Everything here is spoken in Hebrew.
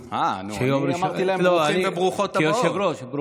אה, נו, אני אמרתי להם ברוכים וברוכות הבאות.